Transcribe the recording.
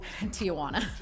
Tijuana